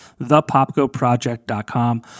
thepopgoproject.com